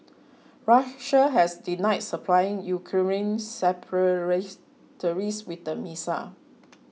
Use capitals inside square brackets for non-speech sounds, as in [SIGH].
Russia has denied supplying Ukrainian [UNINTELLIGIBLE] with the missile